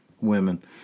women